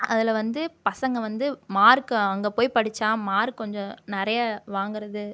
அதில் வந்து பசங்கள் வந்து மார்க்கை அங்கே போய் படிச்சால் மார்க் கொஞ்சம் நிறையா வாங்குகிறது